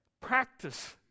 Practice